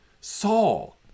Saul